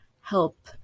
help